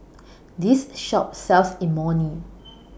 This Shop sells Imoni